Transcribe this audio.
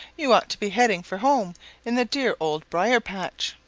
you ought to be heading for home in the dear old briar-patch.